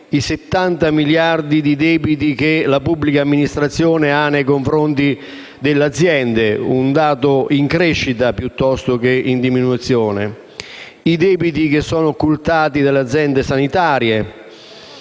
i 70 miliardi di debiti che la pubblica amministrazione ha nei confronti delle aziende, un dato in crescita piuttosto che in diminuzione; i debiti occultati dalle aziende sanitarie,